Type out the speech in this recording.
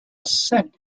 cent